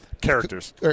characters